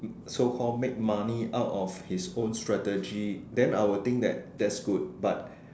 so called make money out of his own strategy then I would think that that's good but